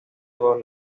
todos